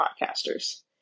podcasters